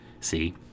see